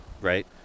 Right